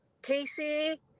Casey